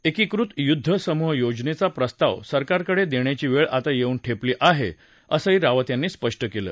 एकीकृत युद्ध समूह योजनेचा प्रस्ताव सरकारकडे देण्याची वेळ आता येऊन ठेपली आहे असंही रावत यांनी स्पष्ट केलं